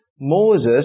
Moses